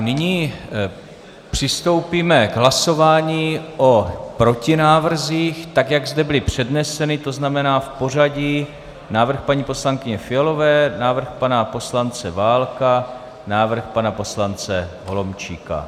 Nyní přistoupíme k hlasování o protinávrzích, tak jak zde byly předneseny, to znamená v pořadí: návrh paní poslankyně Fialové, návrh pana poslance Válka, návrh pana poslance Holomčíka.